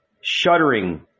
Shuddering